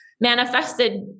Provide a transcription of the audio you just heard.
manifested